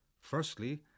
Firstly